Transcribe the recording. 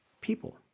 people